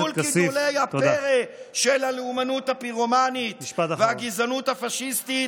למול גידולי הפרא של הלאומנות הפירומנית והגזענות הפשיסטית.